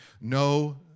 no